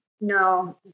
No